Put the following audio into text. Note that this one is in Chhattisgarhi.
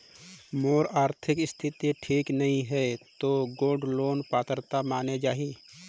मोर आरथिक स्थिति ठीक नहीं है तो गोल्ड लोन पात्रता माने जाहि?